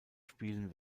spielen